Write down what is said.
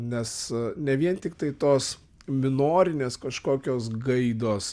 nes ne vien tiktai tos minorinės kažkokios gaidos